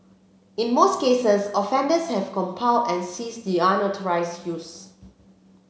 in most cases offenders have complied and ceased the unauthorised use